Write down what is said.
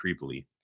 creepily